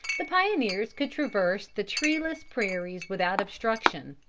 the pioneers could traverse the treeless prairies without obstruction,